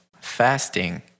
fasting